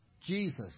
Jesus